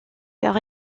car